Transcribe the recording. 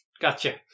gotcha